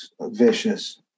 vicious